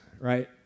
right